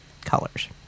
colors